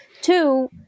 Two